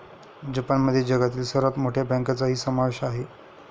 जपानमध्ये जगातील सर्वात मोठ्या बँकांचाही समावेश आहे